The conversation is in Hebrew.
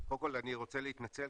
קודם כל אני רוצה להתנצל,